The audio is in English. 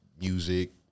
music